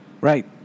Right